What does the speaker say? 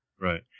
Right